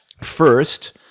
first